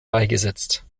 beigesetzt